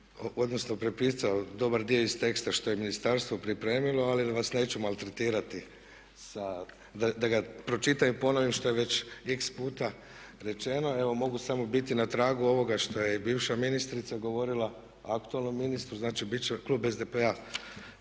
odnosno prepisao dobar dio iz teksta što je ministarstvo pripremilo ali vas neću maltretirati sa, da ga pročitam i ponovim što je već x puta rečeno. Evo mogu samo biti na tragu ovoga što je i bivša ministrica govorila o aktualnom ministru. Znači, bit će klub SDP